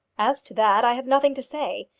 as to that i have nothing to say.